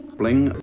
bling